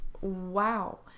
wow